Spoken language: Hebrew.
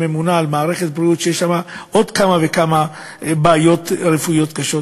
ממונה על מערכת בריאות שיש בה עוד כמה וכמה בעיות רפואיות קשות,